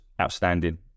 outstanding